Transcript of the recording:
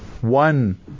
one